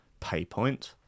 Paypoint